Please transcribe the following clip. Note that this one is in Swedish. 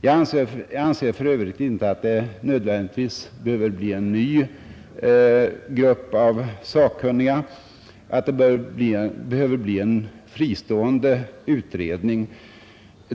Jag anser för övrigt inte att det nödvändigtvis behöver bli en ny grupp sakkunniga, dvs. en fristående utredning.